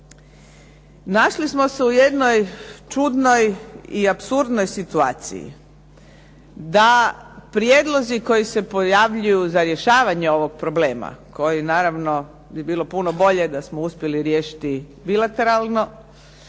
Našli smo se u jednoj čudnoj i apsurdnoj situaciji, da prijedlozi koji se pojavljuju za rješavanje ovog problema koji naravno bi bilo puno bolje da smo uspjeli riješiti bilateralno,